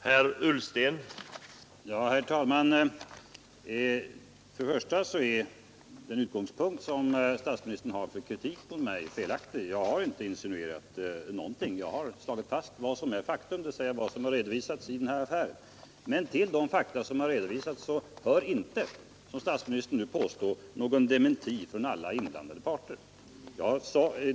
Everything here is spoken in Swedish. Herr talman! Den utgångspunkt som statsministern har för kritik mot mig är felaktig. Jag har inte insinuerat någonting, utan jag har slagit fast vad som är fakta, dvs. vad som har redovisats i den här affären. Men till de fakta som redovisats hör inte, som statsministern nu påstår, någon dementi från alla inblandade parter.